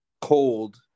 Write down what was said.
cold